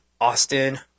Austin